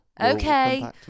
Okay